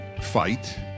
fight